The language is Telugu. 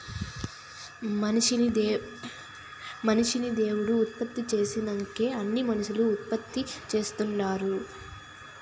మనిషిని దేవుడు ఉత్పత్తి చేసినంకే అన్నీ మనుసులు ఉత్పత్తి చేస్తుండారు